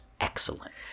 excellent